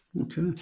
Okay